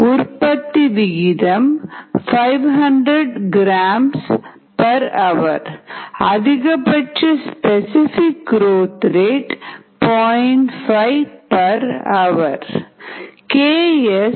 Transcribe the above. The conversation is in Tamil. உற்பத்தி விகிதம் 500gh அதிகபட்ச ஸ்பெசிபிக் குரோத் ரேட் 0